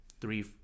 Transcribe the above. three